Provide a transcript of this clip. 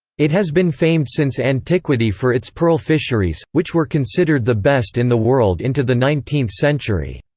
it has been famed since antiquity for its pearl fisheries, which were considered the best in the world into the nineteenth century.